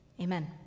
amen